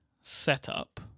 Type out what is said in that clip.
setup